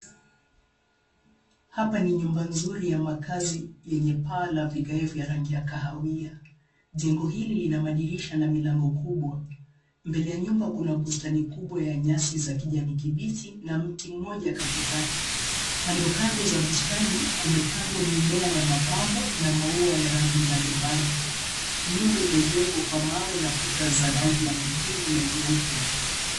Hapa ni nyumba nzuri ya makazi yenye paa la vigae vya rangi ya kahawia. Jengo hili lina madirisha na milango kubwa. Mbele ya nyumba kuna bustani kubwa ya nyasi za kijani kibichi na mti mmoja katikati. Kandokando za bustani, kumepandwa mimea ya mapambo na maua ya rangi mbalimbali. Nyumba imejengwa kwa mawe na kuta za rangi ya majivu na nyeupe.